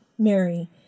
Mary